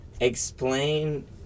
Explain